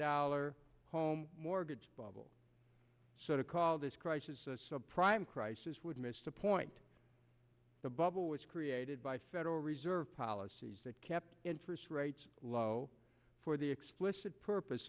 dollar home mortgage bubble sort of call this crisis a subprime crisis would miss the point the bubble was created by federal reserve policies that kept interest rates low for the explicit purpose